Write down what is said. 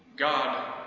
God